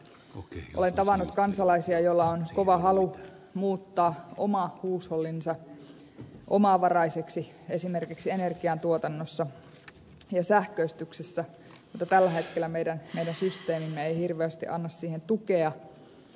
olen tavannut kansalaisia joilla on kova halu muuttaa oma huushollinsa omavaraiseksi esimerkiksi energiantuotannossa ja sähköistyksessä mutta tällä hetkellä meidän systeemimme ei hirveästi anna siihen tukea